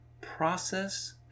Process